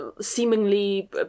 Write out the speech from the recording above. seemingly